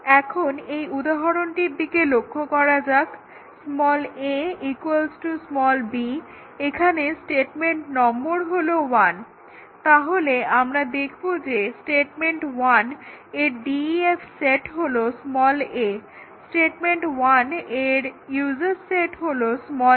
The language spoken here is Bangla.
এখন এই উদাহরণটির দিকে লক্ষ্য করা যাক ab এখানে স্টেটমেন্ট নম্বর হলো 1 তাহলে আমরা দেখব যে স্টেটমেন্ট 1 এর DEF সেট হল a স্টেটমেন্ট 1 এর ইউজেস সেট হলো b